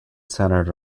centered